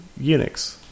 Unix